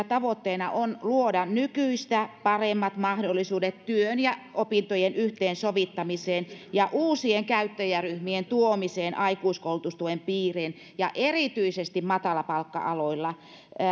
tavoitteena on luoda nykyistä paremmat mahdollisuudet työn ja opintojen yhteensovittamiseen ja uusien käyttäjäryhmien tuomiseen aikuiskoulutustuen piiriin ja erityisesti matalapalkka aloilla